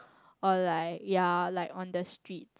or like ya like on the street